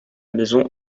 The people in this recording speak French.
maison